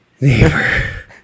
neighbor